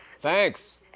thanks